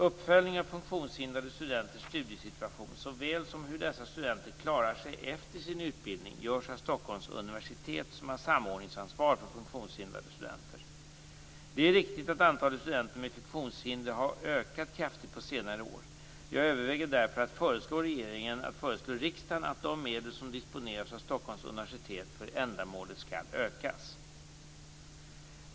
Uppföljning av funktionshindrade studenters studiesituation, såväl som hur dessa studenter klarar sig efter sin utbildning, görs av Stockholms universitet, som har samordningsansvar för funktionshindrade studenter. Det är riktigt att antalet studenter med funktionshinder har ökat kraftigt på senare år. Jag överväger därför att föreslå regeringen att föreslå riksdagen att de medel som disponeras av Stockholms universitet för ändamålet skall ökas.